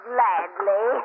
Gladly